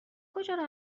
کجا